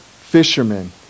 fishermen